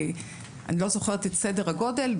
אני לא זוכרת את סדר הגודל,